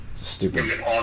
stupid